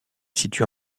situe